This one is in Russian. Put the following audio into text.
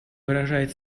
выражает